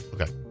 Okay